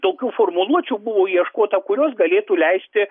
tokių formuluočių buvo ieškota kurios galėtų leisti